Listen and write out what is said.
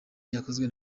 yakozwe